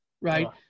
right